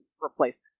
replacement